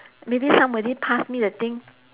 maybe somebody pass me the thing